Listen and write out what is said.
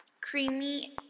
Creamy